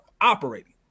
operating